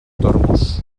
tormos